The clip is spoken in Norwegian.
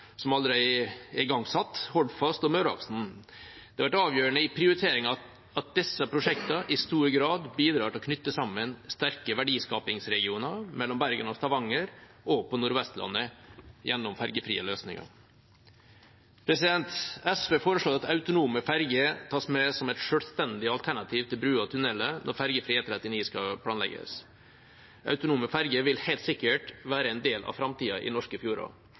igangsatt – Hordfast og Møreaksen. Det har vært avgjørende i prioriteringen at disse prosjektene i stor grad bidrar til å knytte sammen sterke verdiskapingsregioner mellom Bergen og Stavanger og på Nordvestlandet gjennom fergefrie løsninger. SV foreslår at autonome ferger tas med som et selvstendig alternativ til broer og tunneler når fergefri E39 skal planlegges. Autonome ferger vil helt sikkert være en del av framtida i norske fjorder,